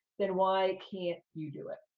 then why can't you do it?